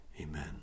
Amen